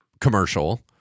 commercial